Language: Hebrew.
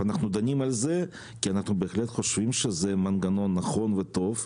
אנחנו דנים על זה כי אנחנו בהחלט חושבים שזה מנגנון נכון וטוב,